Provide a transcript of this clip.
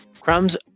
Crumbs